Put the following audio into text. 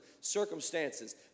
circumstances